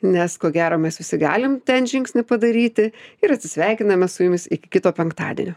nes ko gero mes visi galim ten žingsnį padaryti ir atsisveikiname su jumis iki kito penktadienio